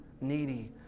needy